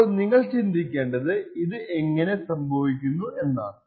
അപ്പോൾ നിങ്ങൾ ചിന്തിക്കേണ്ടത് ഇത് എങ്ങനെ സംഭവിക്കുന്നു എന്നാണ്